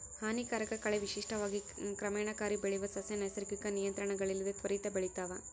ಹಾನಿಕಾರಕ ಕಳೆ ವಿಶಿಷ್ಟವಾಗಿ ಕ್ರಮಣಕಾರಿ ಬೆಳೆಯುವ ಸಸ್ಯ ನೈಸರ್ಗಿಕ ನಿಯಂತ್ರಣಗಳಿಲ್ಲದೆ ತ್ವರಿತ ಬೆಳಿತಾವ